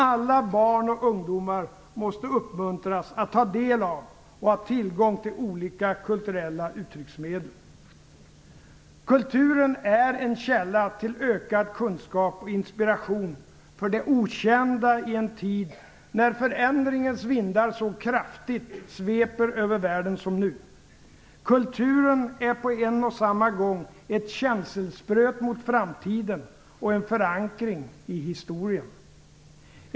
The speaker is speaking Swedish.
Alla barn och ungdomar måste uppmuntras att ta del av och ha tillgång till olika kulturella uttrycksmedel. Kulturen är en källa till ökad kunskap och inspiration inför det okända i en tid när förändringens vindar så kraftigt sveper över världen som nu. Kulturen är på en och samma gång ett känselspröt mot framtiden och en förankring i historien.